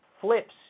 flips